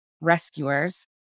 rescuers